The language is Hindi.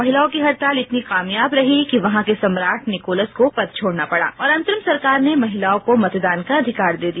महिलाओं की हड़ताल इतनी कामयाब रही कि वहां के सम्राट निकोलस को पद छोड़ना पड़ा और अंतरिम सरकार ने महिलाओं को मतदान का अधिकार दे दिया